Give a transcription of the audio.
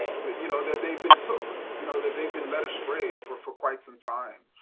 that you know that they've been took. you know that they've been led astray for for quite some time.